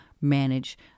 manage